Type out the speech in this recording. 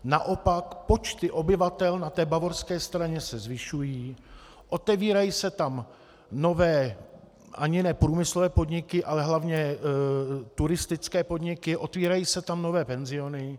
Naopak počty obyvatel na bavorské straně se zvyšují, otevírají se tam nové ani ne průmyslové podniky, ale hlavně turistické podniky, otevírají se tam nové penziony.